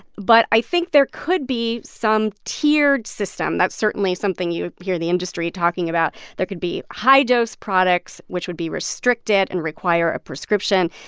but i think there could be some tiered system. that's certainly something you hear the industry talking about. there could be high-dose products, which would be restricted and require a prescription,